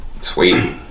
Sweet